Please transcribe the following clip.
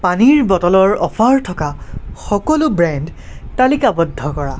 পানীৰ বটলৰ অফাৰ থকা সকলো ব্ৰেণ্ড তালিকাবদ্ধ কৰা